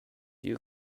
you